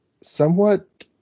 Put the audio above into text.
somewhat